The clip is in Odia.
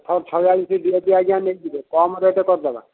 ହଁ ଛୟାଳିଶ ଡି ଏ ପି ଆଜ୍ଞା ନେଇଯିବେ କମ୍ ରେଟ୍ କରିଦେବା